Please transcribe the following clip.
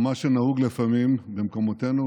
או מה שנהוג לפעמים במקומותינו,